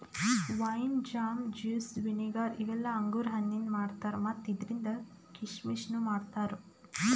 wine, jam, juice, vinegar ಇವೆಲ್ಲ ಅಂಗುರ್ ಹಣ್ಣಿಂದ್ ಮಾಡ್ತಾರಾ ಮತ್ತ್ ಇದ್ರಿಂದ್ ಕೀಶಮಿಶನು ಮಾಡ್ತಾರಾ